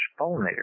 pollinators